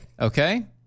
Okay